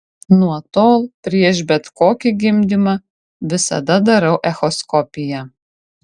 nuo tol prieš bet kokį gimdymą visada darau echoskopiją